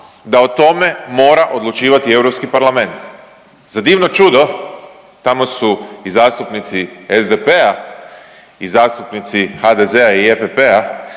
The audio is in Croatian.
da o tome mora odlučivati Europski parlament. Za divno čudo tamo su i zastupnici SDP-a i zastupnici HDZ-a i EPP-a